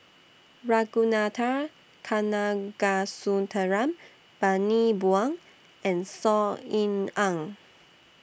Ragunathar Kanagasuntheram Bani Buang and Saw Ean Ang